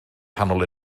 nghanol